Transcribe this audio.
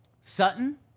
Sutton